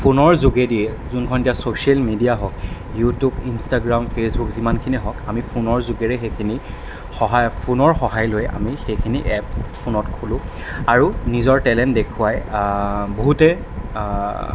ফোনৰ যোগেদিয়েই যোনখন এতিয়া ছ'চিয়েল মিডিয়া হওক ইউটিউব ইনষ্টাগ্ৰাম ফেচবুক যিমানখিনি হওক আমি ফোনৰ যোগেৰে সেইখিনি সহায় ফোনৰ সহায় লৈ আমি সেইখিনি এপ্ছ ফোনত খোলো আৰু নিজৰ টেলেণ্ট দেখুৱাই বহুতেই